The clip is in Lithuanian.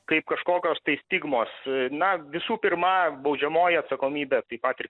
kaip kažkokios tai stigmos na visų pirma baudžiamoji atsakomybė taip pat ir